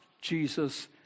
Jesus